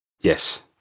Yes